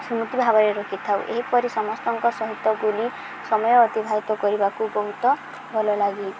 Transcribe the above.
ସ୍ମୃତି ଭାବରେ ରଖିଥାଉ ଏହିପରି ସମସ୍ତଙ୍କ ସହିତ ବୁଲି ସମୟ ଅତିବାହିତ କରିବାକୁ ବହୁତ ଭଲ ଲାଗେ